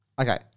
Okay